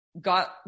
got